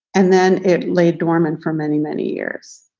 and then it laid dormant for many, many years.